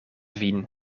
vin